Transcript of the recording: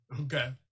Okay